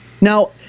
Now